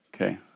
Okay